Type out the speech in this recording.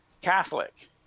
Catholic